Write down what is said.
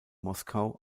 moskau